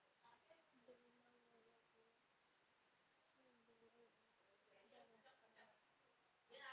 बेईमान लोग को ऋण देने में डर लगता है